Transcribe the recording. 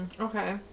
Okay